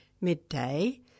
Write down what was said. midday